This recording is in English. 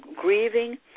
grieving